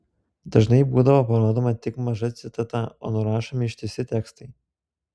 dažnai būdavo parodoma tik maža citata o nurašomi ištisi tekstai